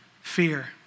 fear